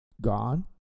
gone